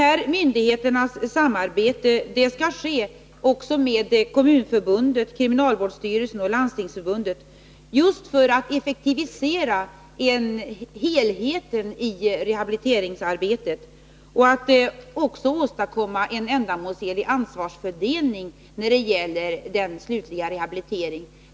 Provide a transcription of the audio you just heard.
Dessa myndigheters samarbete skall också ske med Kommunförbundet, Landstingsförbundet och kriminalvårdsstyrelsen, just för att effektivisera helheten i rehabiliteringsarbetet och för att åstadkomma en ändamålsenlig ansvarsfördelning när det gäller den slutliga rehabiliteringen.